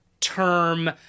term